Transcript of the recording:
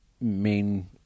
main